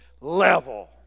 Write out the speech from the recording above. level